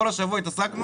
לצערי כל השבוע הנוכחי